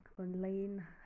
online